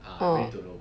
ah